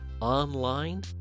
Online